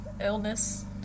illness